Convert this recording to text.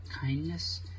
kindness